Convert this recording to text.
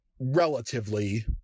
relatively